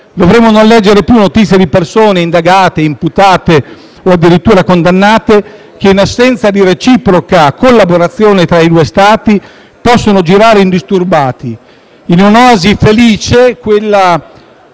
dovremmo più leggere notizie di persone indagate, imputate o addirittura condannate che, in assenza di reciproca collaborazione tra i due Stati, possono girare indisturbate